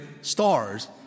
stars